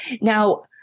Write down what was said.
now